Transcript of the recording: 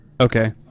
Okay